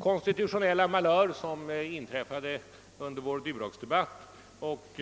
konstitutionellt betingade malör inträffade under vår Duroxdebatt, och